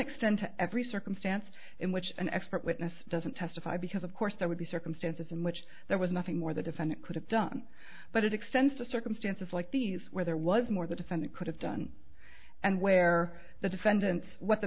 extend to every circumstance in which an expert witness doesn't testify because of course there would be circumstances in which there was nothing more the defendant could have done but it extends to circumstances like these where there was more the defendant could have done and where the defendant what the